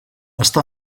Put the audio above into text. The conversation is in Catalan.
està